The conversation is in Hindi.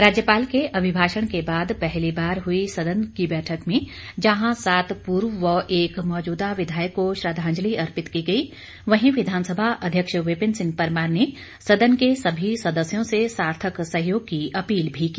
राज्यपाल के अभिभाषण के बाद पहली बार हुई सदन की बैठक में जहां सात पूर्व व एक मौजूदा विधायक को श्रद्वांजलि अर्पित की गई वहीं विधानसभा अध्यक्ष विपिन सिंह परमार ने सदन के सभी सदस्यों से सार्थक सहयोग की अपील भी की